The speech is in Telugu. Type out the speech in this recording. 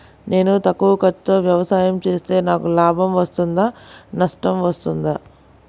నేను తక్కువ ఖర్చుతో వ్యవసాయం చేస్తే నాకు లాభం వస్తుందా నష్టం వస్తుందా?